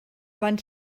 van